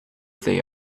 they